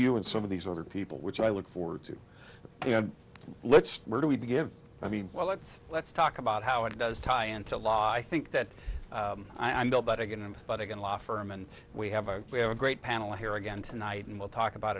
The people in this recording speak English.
you and some of these other people which i look forward to you know let's where do we begin i mean well let's let's talk about how it does tie into law i think that i'm bill but i get it but again law firm and we have a we have a great panel here again tonight and we'll talk about